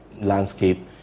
landscape